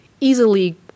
easily